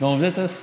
גם עובדי תעשייה.